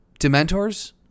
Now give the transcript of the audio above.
Dementors